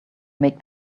make